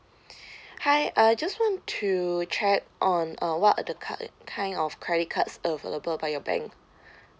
hi uh just want to check on uh what are the ca~ kind of credit cards available by your bank